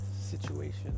situation